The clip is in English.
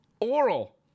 oral